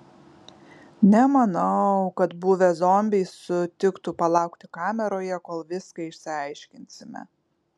nemanau kad buvę zombiai sutiktų palaukti kameroje kol viską išsiaiškinsime